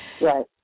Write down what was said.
Right